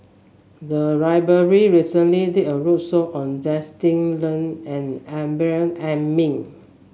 the library recently did a roadshow on Justin Lean and Amrin Amin